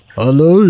Hello